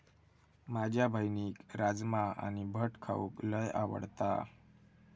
माझ्या बहिणीक राजमा आणि भट खाऊक लय आवडता